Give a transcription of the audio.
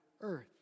earth